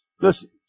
listen